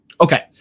Okay